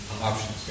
options